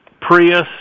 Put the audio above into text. Prius